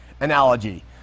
analogy